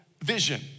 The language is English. Vision